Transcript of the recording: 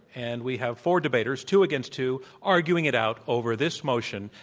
and we have four debaters, two against two, arguing it out over this motion,